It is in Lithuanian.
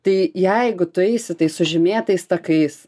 tai jeigu tu eisi tais sužymėtais takais